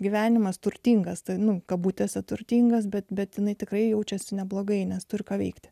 gyvenimas turtingas dainų kabutėse turtingas bet bet jinai tikrai jaučiasi neblogai nes turi ką veikti